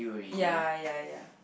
ya ya ya